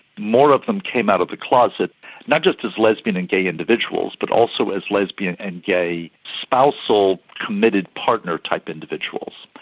more of them came out of the closet not just as lesbian and gay individuals but also as lesbian and gay spousal committed partner type individuals.